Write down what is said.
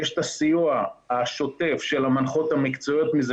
יש את הסיוע השוטף של המנחות המקצועיות מזה